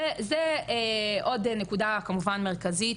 וזו עוד נקודה כמובן מרכזית,